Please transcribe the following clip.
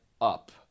up